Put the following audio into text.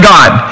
God